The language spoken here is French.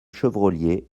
chevrollier